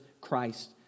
Christ